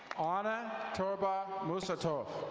ana torva musatoff.